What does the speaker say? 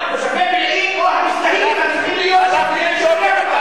רק תושבי בילעין או המזדהים אתם צריכים להיות שם כדי לשחרר אותם.